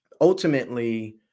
Ultimately